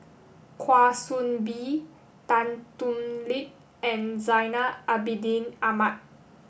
Kwa Soon Bee Tan Thoon Lip and Zainal Abidin Ahmad